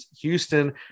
Houston